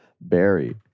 Barry